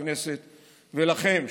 לכנסת ולכם,